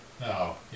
No